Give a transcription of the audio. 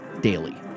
daily